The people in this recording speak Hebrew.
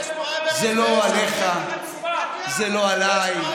יש פריימריז, זה לא עליך, זה לא עליי,